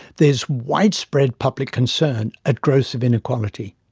there is widespread public concern at growth of inequality.